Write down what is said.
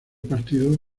partidos